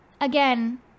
Again